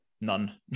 None